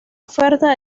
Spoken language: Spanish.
oferta